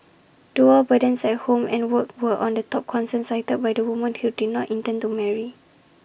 dual burdens at home and work were on the top concern cited by the woman who did not intend to marry